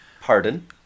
Pardon